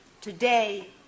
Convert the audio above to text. Today